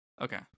Okay